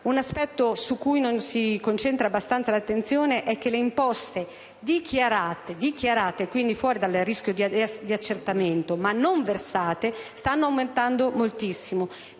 Un aspetto su cui non si concentra abbastanza l'attenzione è che le imposte dichiarate, fuori quindi dal rischio di accertamento, ma non versate, stanno aumentando moltissimo: